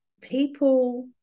people